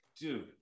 dude